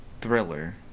thriller